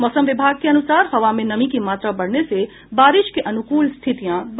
मौसम विभाग के अनुसार हवा में नमी की मात्रा बढ़ने से बारिश के अनुकूल स्थितियां बनी हुई हैं